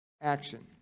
action